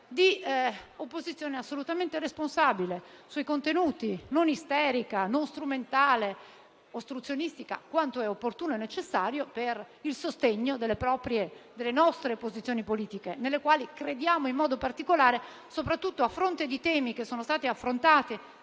di opposizione assolutamente responsabile, sui contenuti, non isterica, non strumentale, ostruzionistica quanto è opportuno e necessario per il sostegno delle nostre posizioni politiche, nelle quali crediamo in modo particolare, soprattutto a fronte di temi, caldissimi, che sono stati affrontati